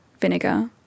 vinegar